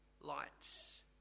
lights